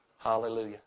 Hallelujah